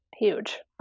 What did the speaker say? huge